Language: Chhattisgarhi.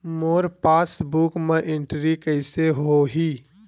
मोर पासबुक मा एंट्री कइसे होही?